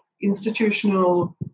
institutional